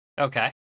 Okay